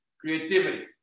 creativity